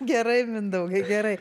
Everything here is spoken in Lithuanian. gerai mindaugai gerai